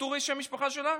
ואטורי שם המשפחה שלה?